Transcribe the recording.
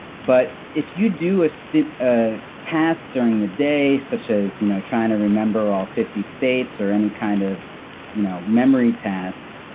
but if you do a ah task during the day such as you know trying to remember all fifty states or any kind of you know memory task,